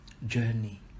journey